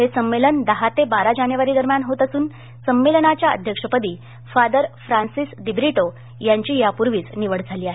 हे संमेलन दहा ते बारा जानेवारीदरम्यान होत असून संमेलनाच्या अध्यक्षपदी फादर फ्रान्सिस दिब्रिटो यांची यापूर्वीच निवड झाली आहे